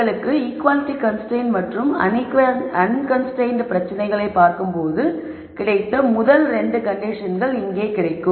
உங்களுக்கு equality constraint மற்றும் unconstrained பிரச்சனைகளை பார்க்கும்போது கிடைத்த முதல் 2 கண்டிஷன்கள் கிடைக்கும்